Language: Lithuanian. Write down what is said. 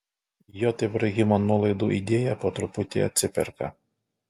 j ibrahimo nuolaidų idėja po truputį atsiperka